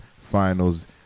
finals